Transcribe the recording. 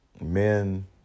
Men